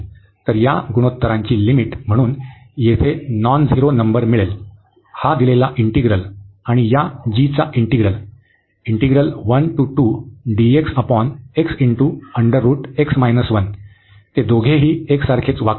तर या गुणोत्तरांची लिमिट म्हणून येथे नॉन झिरो नंबर मिळेल हा दिलेला इंटिग्रल आणि या g चा इंटिग्रल इंटिग्रल ते दोघेही एकसारखेच वागतील